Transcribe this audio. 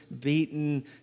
beaten